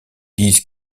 dise